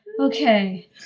Okay